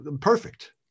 perfect